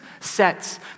sets